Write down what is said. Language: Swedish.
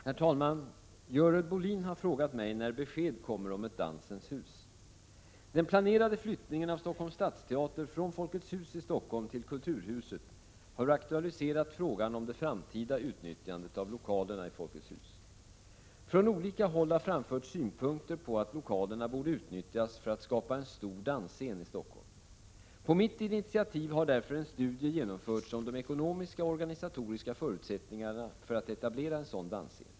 Herr talman! Görel Bohlin har frågat mig när besked kommer om ett Dansens Hus. Den planerade flyttningen av Stockholms stadsteater från Folkets hus i Stockholm till kulturhuset har aktualiserat frågan om det framtida utnyttjandet av lokalerna i Folkets hus. Från olika håll har framförts synpunkter på att lokalerna borde utnyttjas för att skapa en stor dansscen i Stockholm. På mitt initiativ har därför en studie genomförts om de ekonomiska och organisatoriska förutsättningarna för att etablera en sådan dansscen.